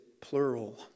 plural